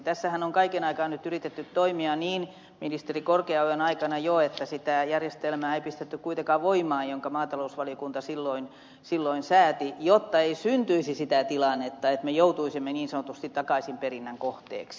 tässähän on kaiken aikaa nyt yritetty toimia niin ministeri korkeaojan aikana jo että ei pistetty kuitenkaan voimaan sitä järjestelmää jonka maatalousvaliokunta silloin sääti jotta ei syntyisi sitä tilannetta että me joutuisimme niin sanotusti takaisinperinnän kohteeksi